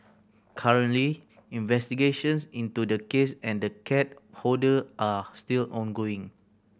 currently investigations into the case and the cat hoarder are still ongoing